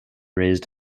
raised